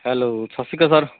hello ਸਤਿ ਸ਼੍ਰੀ ਅਕਾਲ ਸਰ